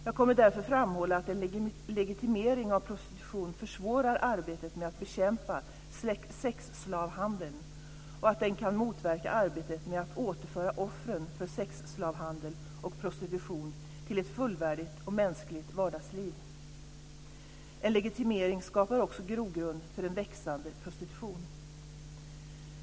Jag kommer därför att framhålla att en legitimering av prostitution försvårar arbetet med att bekämpa sexslavhandeln och att det kan motverka arbetet med att återföra offren för sexslavhandel och prostitution till ett fullvärdigt och mänskligt vardagsliv. En legitimering skapar också grogrund för en växande prostitution.